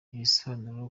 ibisobanuro